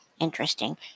Interesting